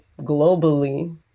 globally